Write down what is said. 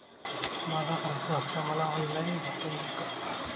माझ्या कर्जाचा हफ्ता मला ऑनलाईन भरता येईल का?